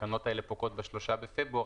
התקנות האלה פוקעות ב-3 בפברואר,